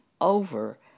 over